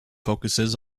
focuses